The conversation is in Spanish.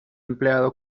empleado